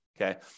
Okay